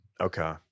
okay